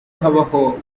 habaho